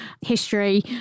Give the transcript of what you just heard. history